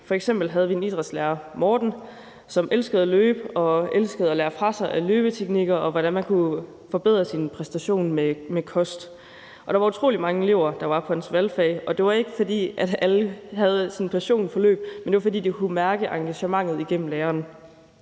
F.eks. havde vi en idrætslærer, Morten, som elskede at løbe og elskede at lære fra sig om løbeteknikker og om, hvordan man kunne forbedre sin præstation med kost. Der var utrolig mange elever, der var på hans valgfag, og det var ikke, fordi alle havde en passion for løb, men det var, fordi de kunne mærke engagementet igennem læreren.